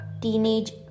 teenage